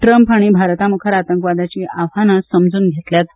ट्रंप हांणी भारतामुखार आतंकवादाची आव्हाना समज़ून घेतल्यात